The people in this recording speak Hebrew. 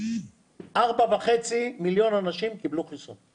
4.5 מיליוני אנשים קיבלו חיסון.